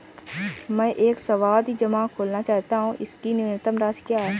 मैं एक सावधि जमा खोलना चाहता हूं इसकी न्यूनतम राशि क्या है?